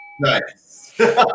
Nice